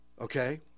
okay